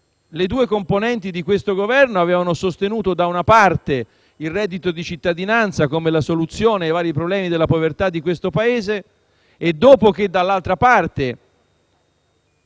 le due componenti di questo Governo avevano sostenuto, da una parte, il reddito di cittadinanza come la soluzione ai vari problemi di povertà di questo Paese e che, dall'altra parte,